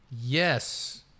Yes